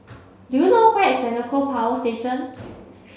do you know where is Senoko Power Station